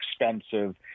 expensive